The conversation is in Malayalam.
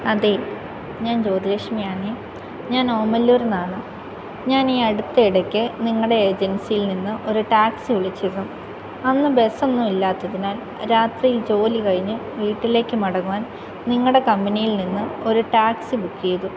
അതേ ഞാൻ ജ്യോതിലക്ഷ്മിയാണേ ഞാൻ ഓമല്ലൂരിൽ നിന്നാണ് ഞാൻ ഈ അടുത്ത ഇടയ്ക്ക് നിങ്ങളുടെ ഏജൻസിയിൽ നിന്ന് ഒരു ടാക്സി വിളിച്ചിരുന്നു അന്ന് ബസ് ഒന്നുമില്ലാത്തതിനാൽ രാത്രിയിൽ ജോലി കഴിഞ്ഞ് വീട്ടിലേക്ക് മടങ്ങുവാൻ നിങ്ങളുടെ കമ്പനിയിൽനിന്നും ഒരു ടാക്സി ബുക്ക് ചെയ്തു